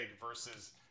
versus